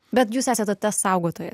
bet jūs esate tas saugotojas